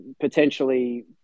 potentially